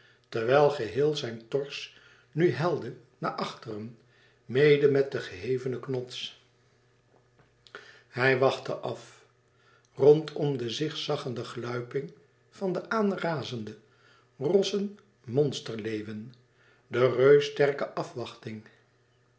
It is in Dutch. terwijl geheel zijn tors nu helde naar achteren mede met den gehevenen knots hij wachtte af rondom de zigzaggende gluiping van den aanrazenden rossen monsterleeuwen de reussterke afwachting